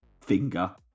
finger